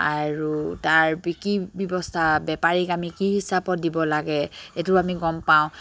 আৰু তাৰ কি ব্যৱস্থা বেপাৰীক আমি কি হিচাপত দিব লাগে এইটো আমি গম পাওঁ